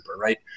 right